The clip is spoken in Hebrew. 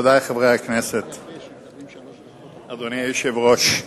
אדוני היושב-ראש,